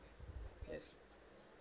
yes